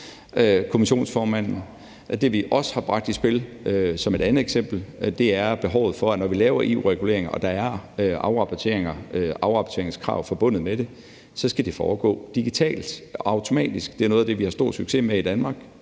kommissionsformanden. Det, vi også har bragt i spil, som et andet eksempel, er behovet for, at når vi laver EU-regulering og der er afrapporteringskrav forbundet med det, skal det foregå digitalt, automatisk. Det er noget af det, vi har stor succes med i Danmark